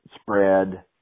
spread